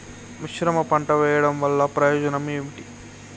మిశ్రమ పంట వెయ్యడం వల్ల ప్రయోజనం ఏమిటి?